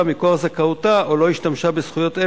מכוח זכאותה או לא השתמשה בזכויות,